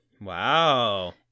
Wow